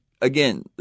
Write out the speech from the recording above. again